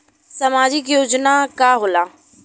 सामाजिक योजना का होला?